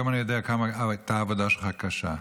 היום אני יודע כמה העבודה שלך הייתה קשה,